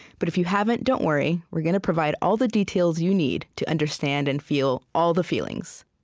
but if you haven't, don't worry. we're gonna provide all the details you need to understand and feel all the feelings